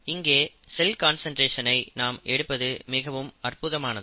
இங்கே cell concentration ஐ நாம் எடுப்பது மிகவும் அற்புதமானது